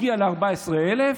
הגיע ל-14,000,